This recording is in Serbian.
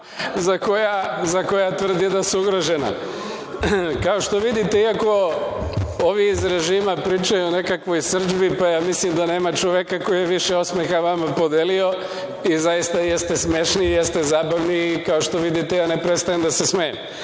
za koja tvrdi da su ugrožena. Kako što vidite, iako ovi iz režima pričaju o nekakvoj srdžbi, pa ja mislim da nema čoveka koji je više osmeha vama podelio i zaista jeste smešni i jeste zabavni i, kao što vidite, ja ne prestajem da se smejem. Istine